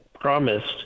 promised